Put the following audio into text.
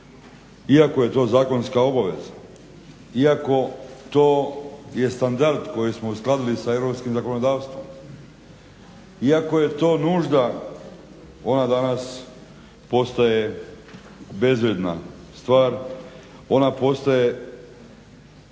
iako je to zakonska obaveza, iako je to standard koji smo uskladili sa europskim zakonodavstvom, iako je to nužda ona danas postaje bezvrijedna stvar. Ona postaje